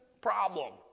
problem